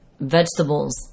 Vegetables